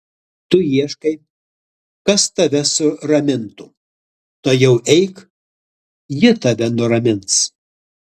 tu ieškai kas tave suramintų tuojau eik ji tave nuramins